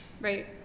Right